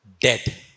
dead